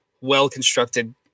well-constructed